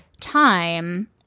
time